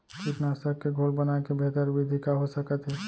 कीटनाशक के घोल बनाए के बेहतर विधि का हो सकत हे?